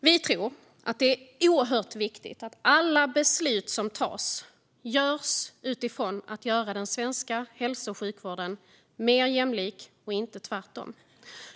Vi tror att det är oerhört viktigt att alla beslut vi tar tas utifrån att göra den svenska hälso och sjukvården mer jämlik, inte tvärtom.